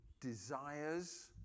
desires